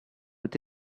with